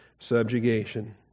subjugation